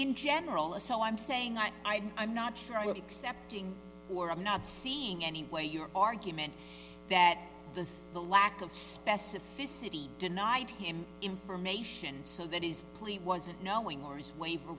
in general a so i'm saying not i'm not sure i would accept or i'm not seeing anyway your argument that this the lack of specificity denied him information so that his plea wasn't knowing or his waiver